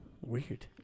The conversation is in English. weird